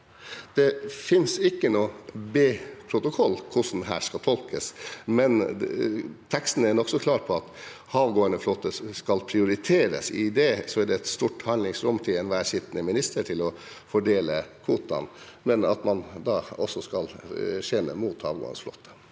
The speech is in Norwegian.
Det finnes ikke noen B-protokoll om hvordan dette skal tolkes, men teksten er nokså klar på at havgående flåte skal prioriteres. I det er det et stort handlingsrom for enhver sittende minister til å fordele kvotene, men man skal også skjele til havgående flåte,